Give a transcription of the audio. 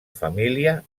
família